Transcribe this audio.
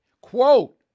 Quote